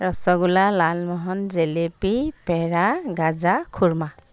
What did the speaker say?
rasgulla lalmohan jalebi pera gaja খুৰ্মা